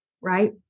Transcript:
Right